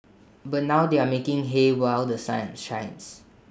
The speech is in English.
but now they are making hay while The Sun shines